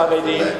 לחרדים.